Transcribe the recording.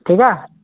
ठीक है